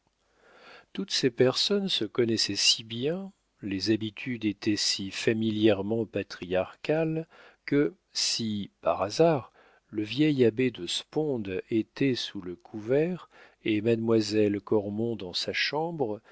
toutes ces personnes se connaissaient si bien les habitudes étaient si familièrement patriarcales que si par hasard le vieil abbé de sponde était sous le couvert et mademoiselle cormon dans sa chambre